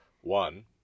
one